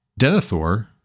Denethor